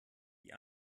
die